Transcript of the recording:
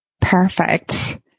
Perfect